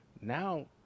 now